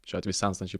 šiuo atveju senstančiai